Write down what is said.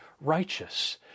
righteous